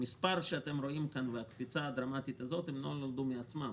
המספר שאתם רואים כאן והקפיצה הדרמטית הזאת לא נולדו מעצמם.